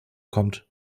kommt